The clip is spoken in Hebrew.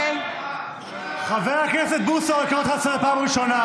חבר הכנסת בוסו, אני קורא אותך לסדר פעם ראשונה.